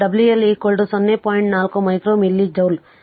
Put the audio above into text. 4 micro milli joule